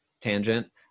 tangent